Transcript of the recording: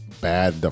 bad